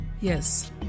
Yes